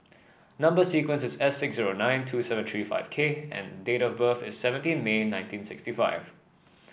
number sequence is S six zero nine two seven three five K and date of birth is seventeen May nineteen sixty five